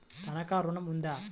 తనఖా ఋణం ఉందా?